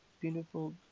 beautiful